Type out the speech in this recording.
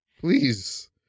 Please